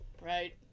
right